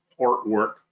artwork